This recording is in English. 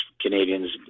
Canadians